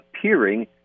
appearing